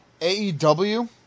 AEW